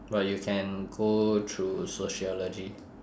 but you can go through sociology